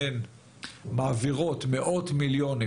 הן מעבירות מאות מיליונים,